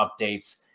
updates